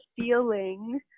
feeling